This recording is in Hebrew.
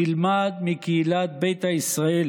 נלמד מקהילת ביתא ישראל